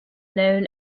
known